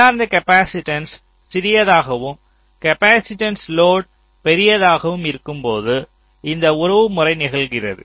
உள்ளார்ந்த காப்பாசிட்டன்ஸ் சிறியதாகவும் capacitance load பெரியதாகவும் இருக்கும்போது இந்த உறவுமுறை நிகழ்கிறது